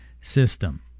system